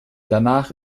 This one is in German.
danach